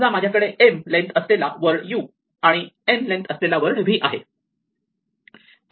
समजा माझ्याकडे m length असलेला वर्ड u आणि n लेन्थ असलेला वर्ड v आहे